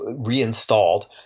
reinstalled